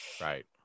Right